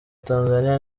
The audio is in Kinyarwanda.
tanzania